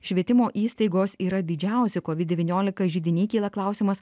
švietimo įstaigos yra didžiausi kovid devyniolika židiniai kyla klausimas